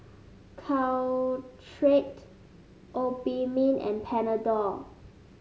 Caltrate Obimin and Panadol